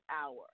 hour